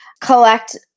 collect